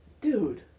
Dude